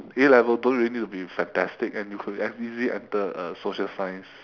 A level don't really need to be fantastic and you could easily enter a social science